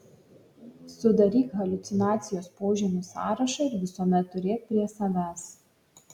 sudaryk haliucinacijos požymių sąrašą ir visuomet turėk prie savęs